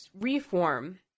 reform